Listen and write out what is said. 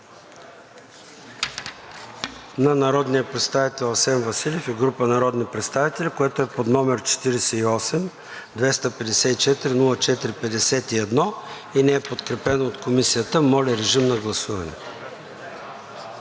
на народния представител Асен Василев и група народни представители, което е под № 48-254-04-51 и не е подкрепено от Комисията. Моля, режим на гласуване.